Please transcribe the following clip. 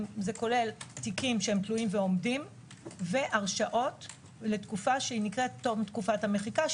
זה כולל תיקים שתלויים ועומדים והרשעות לתקופה שנקראת תום תקופת המחיקה,